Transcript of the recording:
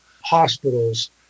hospitals